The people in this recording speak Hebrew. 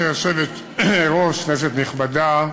גברתי היושבת-ראש, כנסת נכבדה,